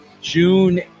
June